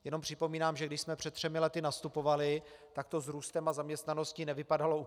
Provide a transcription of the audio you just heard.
Jenom připomínám, že když jsme před třemi lety nastupovali, tak to s růstem a zaměstnaností nevypadalo úplně nejlépe.